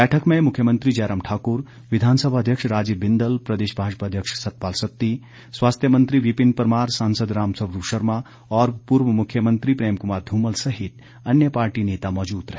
बैठक में मुख्यमंत्री जयराम ठाकुर विधानसभा अध्यक्ष राजीव बिंदल प्रदेश भाजपा अध्यक्ष सतपाल सत्ती स्वास्थ्य मंत्री विपिन परमार सांसद रामस्वरूप शर्मा और पूर्व मुख्यमंत्री प्रेम कुमार धूमल सहित अन्य पार्टी नेता मौजूद रहे